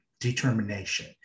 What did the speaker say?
determination